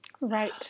Right